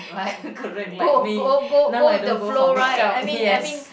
correct like me now I don't go for make-up yes